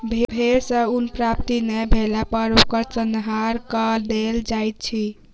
भेड़ सॅ ऊन प्राप्ति नै भेला पर ओकर संहार कअ देल जाइत अछि